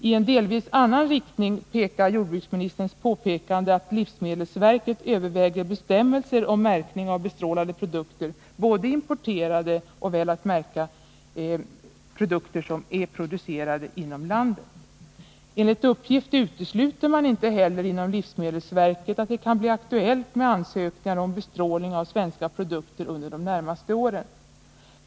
I en delvis annan riktning pekar jordbruksministerns påpekande att livsmedelsverket överväger bestämmelser om märkning av bestrålade produkter, både importerade och — väl att märka — producerade inom landet. Enligt uppgift utesluter man inte heller inom livsmedelsverket att det kan bli aktuellt med ansökningar om bestrålning av svenska produkter under de närmaste åren.